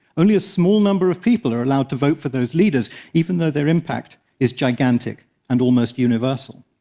only a small number of people are allowed to vote for those leaders, even though their impact is gigantic and almost universal.